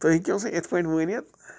تُہی ہیٚکِو سُہ یِتھٕ پٲٹھۍ ؤنِتھ